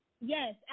Yes